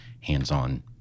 hands-on